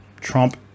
Trump